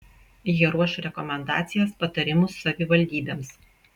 jie ruoš rekomendacijas patarimus savivaldybėms